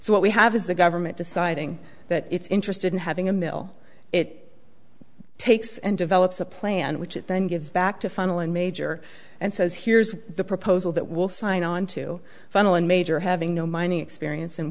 so what we have is the government deciding that it's interested in having a mill it takes and develops a plan which it then gives back to final and major and says here's the proposal that will sign onto final and major having no mining experience